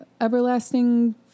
everlasting